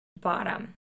bottom